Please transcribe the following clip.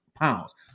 pounds